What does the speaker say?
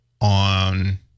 on